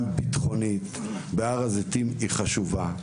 היא חשובה.